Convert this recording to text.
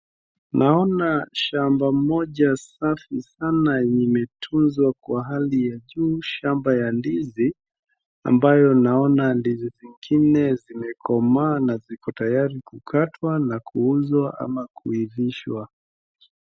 Naona shamba moja safi sana yenye imetunzwa kwa hali ya juu shamba ya ndizi ambayo naona ndizi zingine zimekomaa na ziko tayari kukatwa kuuzwa au kuivishwa.